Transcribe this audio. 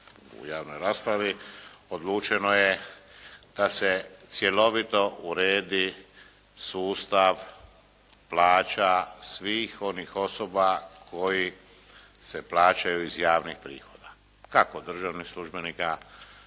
u javnoj raspravi odlučeno je da se cjelovito uredi sustav plaća svih onih osoba koji se plaćaju iz javnih prihoda kako državnih službenika